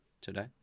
today